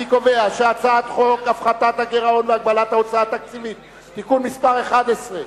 אני קובע שחוק הפחתת הגירעון והגבלת ההוצאה התקציבית (תיקון מס' 11),